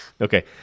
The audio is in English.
okay